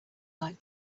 like